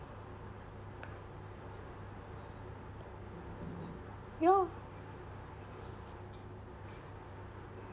ya